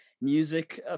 music